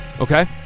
Okay